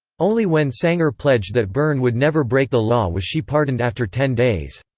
only when sanger pledged that byrne would never break the law was she pardoned after ten days.